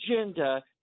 agenda